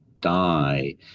die